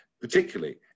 particularly